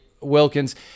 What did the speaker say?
Wilkins